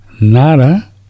Nada